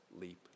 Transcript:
leap